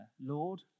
Lord